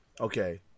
Okay